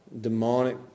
demonic